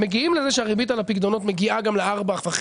הם מגיעים לזה שהריבית על הפיקדונות מגיעה גם ל-4.5,